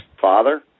Father